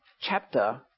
chapter